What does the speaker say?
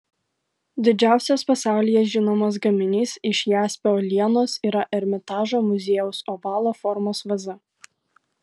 didžiausias pasaulyje žinomas gaminys iš jaspio uolienos yra ermitažo muziejaus ovalo formos vaza